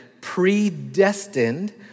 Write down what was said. predestined